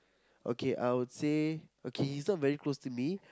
okay I would say okay he's not very close to me